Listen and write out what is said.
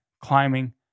climbing